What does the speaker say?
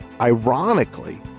Ironically